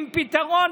עם פתרון?